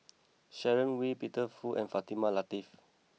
Sharon Wee Peter Fu and Fatimah Lateef